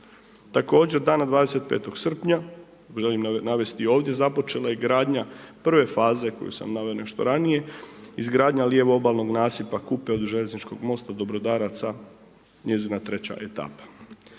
Također dana 25. srpnja, želim navesti i ovdje, započela je gradnja prve faze koju sam naveo nešto ranije izgradnja lijevo obalnog nasipa Kupe od Željezničkog mosta do Brodaraca, njezina treća etapa.